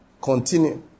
continue